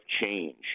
Change